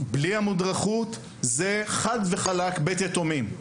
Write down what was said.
בלי המודרכות זה חד וחלק בית יתומים.